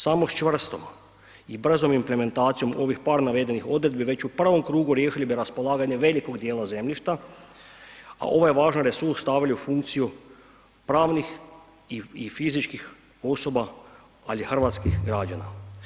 Samo s čvrstom i brzom implementacijom ovih par navedenih odredbi već u prvom krugu riješili bi raspolaganje velikog dijela zemljišta, a ovaj važan resurs stavili u funkciju pravnih i fizičkih osoba ali hrvatskih građana.